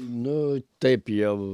nu taip jau